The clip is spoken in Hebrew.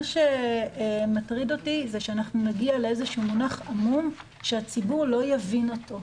מה שמטריד אותי הוא שנגיע למונח עמום שהציבור לא יבין אותו.